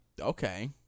Okay